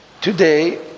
today